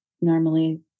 normally